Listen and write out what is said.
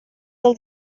del